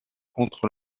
contre